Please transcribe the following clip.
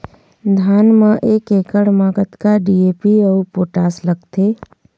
धान म एक एकड़ म कतका डी.ए.पी अऊ पोटास लगथे?